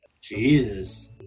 jesus